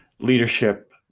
leadership